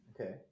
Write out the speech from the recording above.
Okay